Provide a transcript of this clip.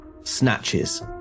snatches